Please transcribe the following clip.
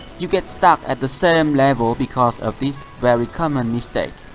you get stuck at the same level because of this very common mistake.